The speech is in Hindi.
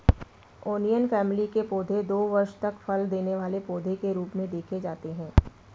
ओनियन फैमिली के पौधे दो वर्ष तक फल देने वाले पौधे के रूप में देखे जाते हैं